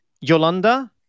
Yolanda